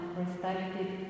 respected